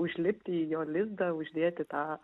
užlipti į jo lizdą uždėti tą